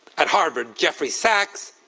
at harvard, jeffrey sachs,